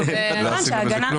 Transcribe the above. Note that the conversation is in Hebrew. למה לעשות חצי עבודה?